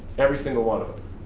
every single one of us.